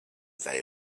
they